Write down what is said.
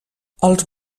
els